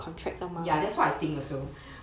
ya that's what I think also